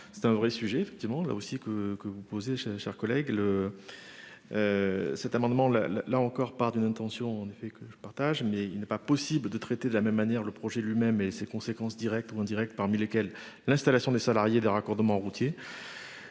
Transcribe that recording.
C'est un vrai sujet effectivement là aussi que que vous posez, je chers collègues le. Cet amendement là là là encore par d'une intention. En effet, que je partage mais il n'est pas possible de traiter de la même manière le projet lui-même et ses conséquences directes ou indirectes, parmi lesquels l'installation des salariés de raccordements routiers.